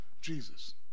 Jesus